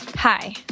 Hi